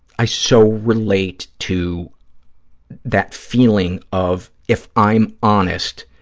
i so relate to that feeling of, if i'm honest,